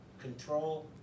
control